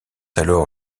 alors